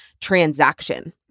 transaction